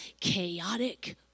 chaotic